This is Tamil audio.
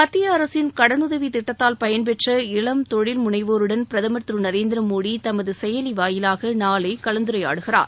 மத்திய அரசின் கடவுதவி திட்டத்தால் பயன்பெற்ற இளம் தொழில் முனைவோருடன் பிரதமர் திரு நரேந்திரமோடி தமது செயலி வாயிலாக நாளை கலந்துரையாடுகிறார்